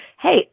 hey